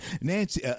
Nancy